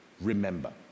remember